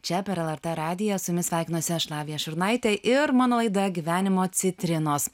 čia per lrt radiją su jumis sveikinuosi aš lavija šurnaitė ir mano laida gyvenimo citrinos